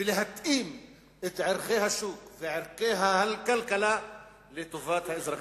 ולהתאים את ערכי השוק ואת ערכי הכלכלה לטובת האזרחים.